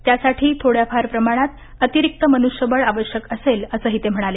त्यासाठी थोड्याफार प्रमाणात अतिरिक्त मनुष्यबळ आवश्यक असेल असंही ते म्हणाले